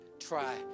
try